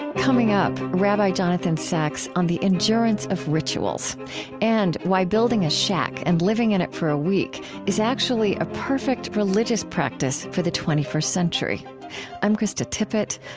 coming up, rabbi jonathan sacks on the endurance of rituals and why building a shack and living in it for a week is actually a perfect religious practice for the twenty first century i'm krista tippett.